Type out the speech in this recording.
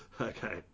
Okay